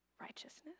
righteousness